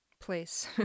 place